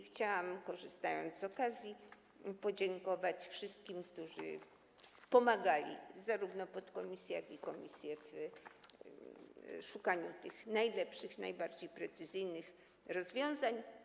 Chciałam, korzystając z okazji, podziękować wszystkim, którzy wspomagali zarówno podkomisję, jak i komisję w szukaniu tych najlepszych, najbardziej precyzyjnych rozwiązań.